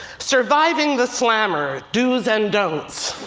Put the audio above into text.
surviving the slammer do's and don'ts.